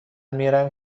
میرم